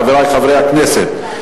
חברי חברי הכנסת,